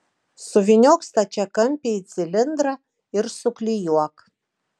suvyniok stačiakampį į cilindrą ir suklijuok